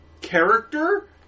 character